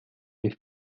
wir